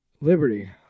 Liberty